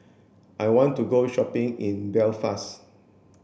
I want to go shopping in Belfast